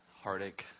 Heartache